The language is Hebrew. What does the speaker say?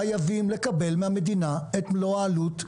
חייבים לקבל מהמדינה את מלוא העלות.